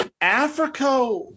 Africa